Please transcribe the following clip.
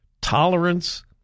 tolerance